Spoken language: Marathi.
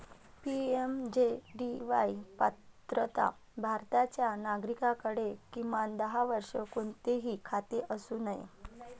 पी.एम.जे.डी.वाई पात्रता भारताच्या नागरिकाकडे, किमान दहा वर्षे, कोणतेही खाते असू नये